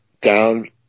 down